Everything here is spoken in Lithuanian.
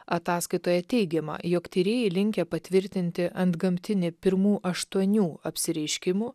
ataskaitoje teigiama jog tyrėjai linkę patvirtinti antgamtinį pirmų aštuonių apsireiškimų